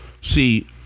see